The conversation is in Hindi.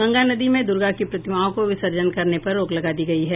गंगा नदी में दूर्गा की प्रतिमाओं के विसर्जन करने पर रोक लगा दी गयी है